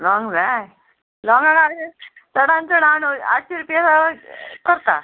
long जाय लोंग चडान चड आठशीं रुपया करता